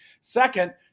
Second